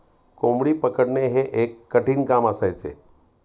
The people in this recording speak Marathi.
कोंबडी पकडणे हे एक कठीण काम असायचे